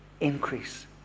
increase